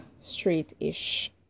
straight-ish